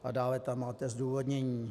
A dále tam máte zdůvodnění.